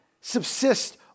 subsist